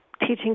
teaching